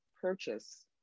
purchase